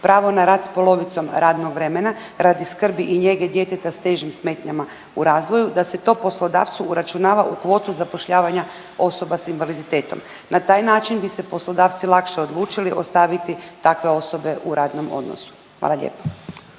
pravo na rad s polovicom radnog vremena radi skrbi i njege djeteta s težim smetnjama u razvoju da se to poslodavcu uračunava u kvotu zapošljavanja osoba s invaliditetom. Na taj način bi se poslodavci lakše odlučili ostaviti takve osobe u radnom odnosu, hvala lijepo.